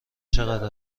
چقدر